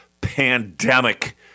pandemic